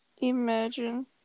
Imagine